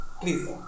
Please